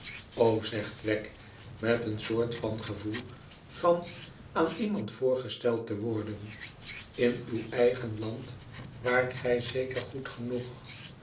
zegt wegg met een soort van gevoel van aan iemand voorgesteld te worden in uw eigen land waart gij zeker goed genoeg